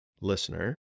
listener